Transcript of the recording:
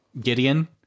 Gideon